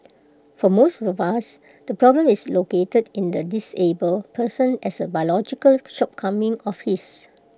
for most of us the problem is located in the disabled person as A biological shortcoming of his